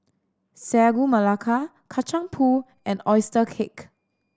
Sagu Melaka Kacang Pool and oyster cake